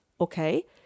okay